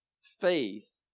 Faith